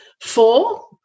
Four